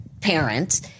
parents